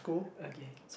okay